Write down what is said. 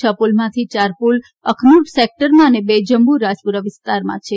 છ પુલમાંથી ચાર પુલ અખનૂર સેક્ટરમાં અને બે જમ્મુ રાજપુરા વિસ્તારમાં છે